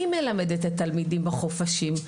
מי מלמד את התלמידים בחופשות?